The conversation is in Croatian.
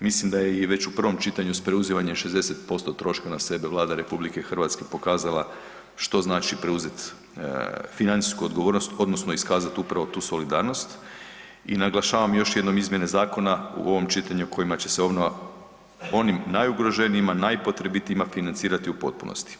Mislim da je i već u prvom čitanju s preuzimanjem 60% troška na sebe, Vlada RH pokazala što znači preuzeti financijsku odgovornost, odnosno iskazati upravo tu solidarnost i naglašavam još jednom izmjene zakona, u ovom čitanju kojima će se obnova onim najugroženijim, najpotrebitijima, financirati u potpunosti.